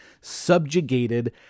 subjugated